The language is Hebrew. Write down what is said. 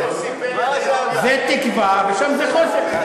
זה תקווה ושם זה חושך.